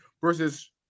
versus